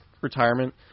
retirement